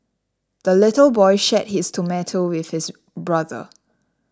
the little boy shared his tomato with his brother